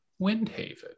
Windhaven